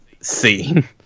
scene